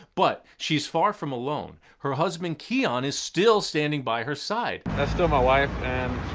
but she's far from alone. her husband keon is still standing by her side. that's still my wife and